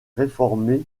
réformer